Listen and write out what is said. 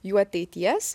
jų ateities